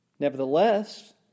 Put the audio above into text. Nevertheless